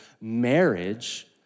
marriage